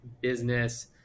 business